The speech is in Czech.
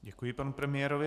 Děkuji panu premiérovi.